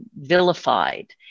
vilified